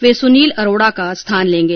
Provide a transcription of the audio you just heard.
वे सुनील अरोड़ा का स्थान लेंगे